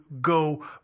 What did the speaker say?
go